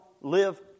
live